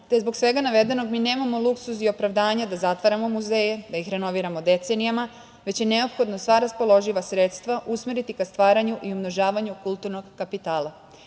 te zbog svega navedenog mi nemamo luksuz i opravdanje da zatvaramo muzeje, da ih renoviramo decenijama, već je neophodno sva raspoloživa sredstva usmeriti ka stvaranju i umnožavanju kulturnog kapitala.U